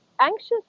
anxious